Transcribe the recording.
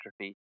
atrophy